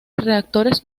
reactores